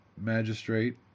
magistrate